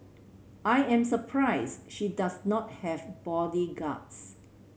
I am surprised she does not have bodyguards